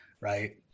Right